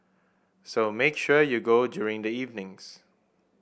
so make sure you go during the evenings